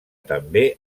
també